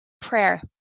prayer